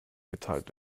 geteilt